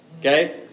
Okay